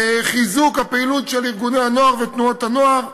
חיזוק הפעילות של ארגוני הנוער ותנועות הנוער,